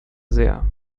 sehr